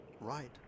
right